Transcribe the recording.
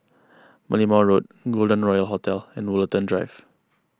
Merlimau Road Golden Royal Hotel and Woollerton Drive